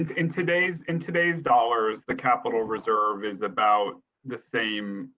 in in today's in today's dollars, the capital reserve is about the same.